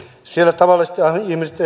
siellä tavalliset ihmiset